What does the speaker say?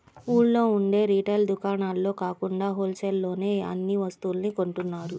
ఊళ్ళో ఉండే రిటైల్ దుకాణాల్లో కాకుండా హోల్ సేల్ లోనే అన్ని వస్తువుల్ని కొంటున్నారు